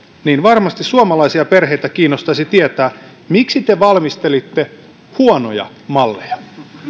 niin varmasti suomalaisia perheitä kiinnostaisi tietää miksi te valmistelitte huonoja malleja